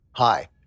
Hi